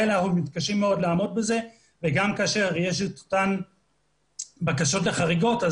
אנחנו מתקשים מאוד לעמוד בזה וגם כאשר יש את אותן בקשות חריגות,